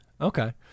Okay